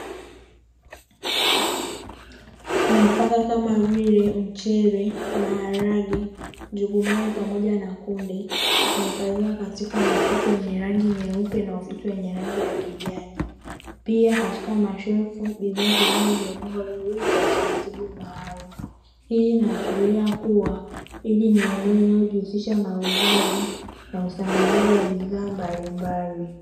Nafaka Kama vile mchele, maharage, njugumawe pamoja na kunde, zimehifadhiwa katika mifuko yenye rangi nyeupe na ufiti wenye rangi ya kijani, pia katika mashelvu bidhaa zingine zimepangwa vizuri kwa utaratibu maalumu, hii inaashiria kuwa ili ni eneo linalojihusisha na uuzaji na usambazaji wa bidhaa mbalimbali.